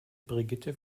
brigitte